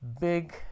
big